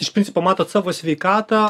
iš principo matot savo sveikatą